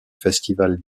festival